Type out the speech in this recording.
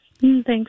thanks